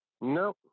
no